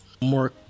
more